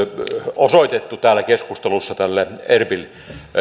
osoitettu täällä keskustelussa tälle erbil